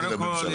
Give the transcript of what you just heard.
קודם כל,